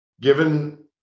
given